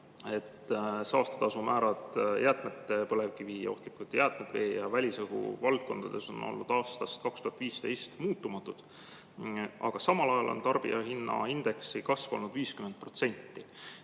saastetasumäärad jäätmete – põlevkivijäätmed, ohtlikud jäätmed –, vee ja välisõhu valdkondades on olnud aastast 2015 muutumatud, aga samal ajal on tarbijahinnaindeksi kasv olnud 50%.